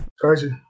Crazy